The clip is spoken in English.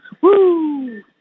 Woo